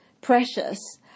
precious